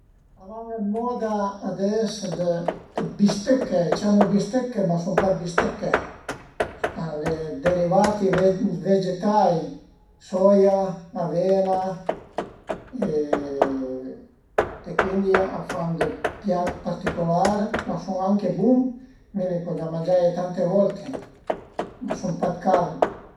A van dë moda ades dë bistëcche, a i ciamu bistëcche, ma a sun pa dë bistëcche, al e derivati vegetai: soia, avena e cuindi a fan dë piat particular, ma a sun anche bun, mi a i co mangiaie tante volte, ma a sun pa dë carn